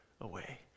away